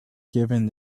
given